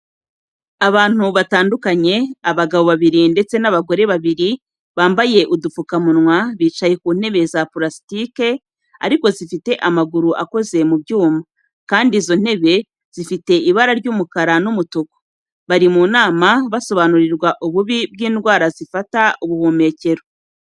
Abantu batandukanye, abagabo babiri ndetse n'abagore babiri bambaye udupfukamunwa, bicaye ku ntebe za purasike ariko zifite amaguru akoze mu byuma, kandi izo ntebe zifite ibara ry'umukara n'umutuku. Bari mu nama basobanurirwa ububi bw'indwara zifata ubuhumekero.